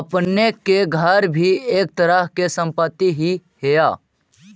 आपने के घर भी एक तरह के संपत्ति ही हेअ